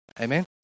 Amen